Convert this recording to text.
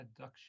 adduction